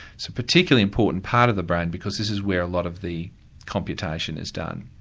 so particularly important part of the brain because this is where a lot of the computation is done.